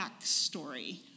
backstory